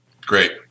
Great